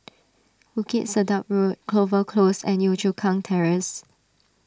Bukit Sedap Road Clover Close and Yio Chu Kang Terrace